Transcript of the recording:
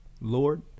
lord